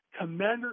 Commander